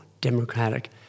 democratic